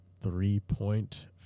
three-point